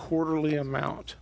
quarterly amount